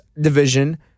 division